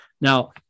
Now